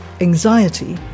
Anxiety